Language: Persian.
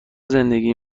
زندگی